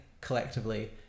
collectively